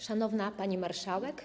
Szanowna Pani Marszałek!